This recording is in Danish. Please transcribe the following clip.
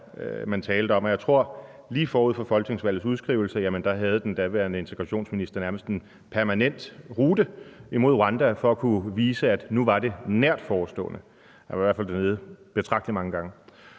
man talte om. Jeg tror, at lige forud for folketingsvalgets udskrivelse havde den daværende udlændinge- og integrationsminister nærmest en permanent rute til Rwanda for at kunne vise, at det var nært forestående. Han var i hvert fald dernede betragtelig mange gange.